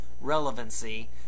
relevancy